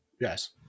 Yes